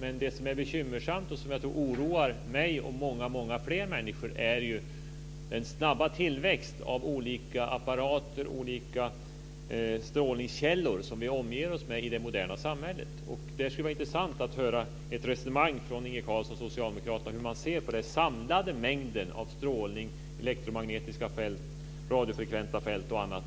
Det som är bekymmersamt och som jag tror oroar mig och många fler människor är den snabba tillväxt av antalet olika apparater och olika strålningskällor som vi omger oss med i det moderna samhället. Det skulle vara intressant att höra ett resonemang från Inge Carlsson och socialdemokraterna om hur man ser på den samlade mängden strålning i elektromagnetiska fält, radiofrekventa fält och annat